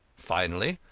finally,